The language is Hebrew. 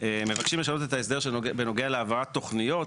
מבקשים לשנות את ההסדר שנוגע להעברת תוכניות